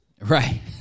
Right